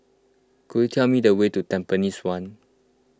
could you tell me the way to Tampines one